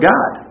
God